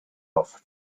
offs